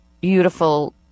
beautiful